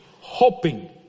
hoping